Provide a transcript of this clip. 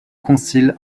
concile